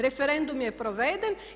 Referendum je proveden.